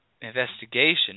investigation